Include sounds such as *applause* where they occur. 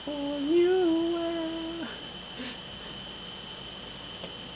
on you ah *laughs*